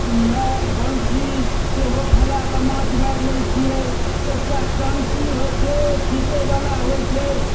नाओ बन्सी सेहो खेलाए कऽ माँछ मारि लै छियै एकटा टन्सि होइत छै ओ खीचै बला होइत छै